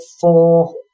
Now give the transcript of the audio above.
four